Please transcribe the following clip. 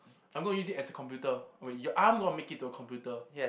I'm gonna use it as a computer wait I'm gonna make it to a computer